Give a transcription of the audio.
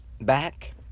back